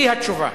היא התשובה.